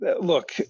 look